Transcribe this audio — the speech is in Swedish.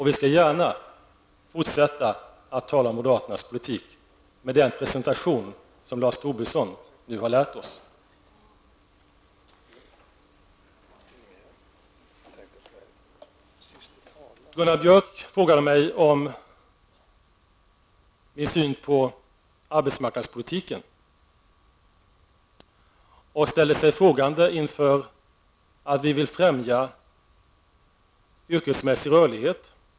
Vi skall gärna fortsätta att tala om moderaternas politik med den reservation som Lars Tobisson nu har lärt oss. Gunnar Björk frågade mig om min syn på arbetsmarknadspolitiken. Han ställde sig frågande inför att vi vill främja yrkesmässig rörlighet.